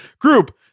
group